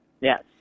Yes